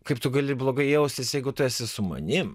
kaip tu gali blogai jaustis jeigu tu esi su manim